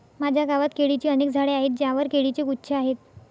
माझ्या गावात केळीची अनेक झाडे आहेत ज्यांवर केळीचे गुच्छ आहेत